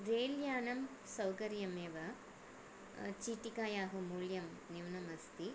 रेल्यानं सौकर्यमेव चीटिकायाः मूल्यं न्यूनमस्ति